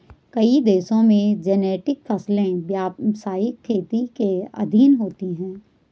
कई देशों में जेनेटिक फसलें व्यवसायिक खेती के अधीन होती हैं